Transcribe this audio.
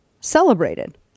celebrated